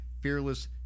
Fearless